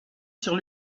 sur